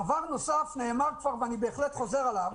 דבר נוסף, שנאמר כבר ואני חוזר עליו: